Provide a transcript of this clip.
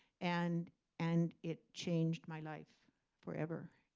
and and it changed my life forever.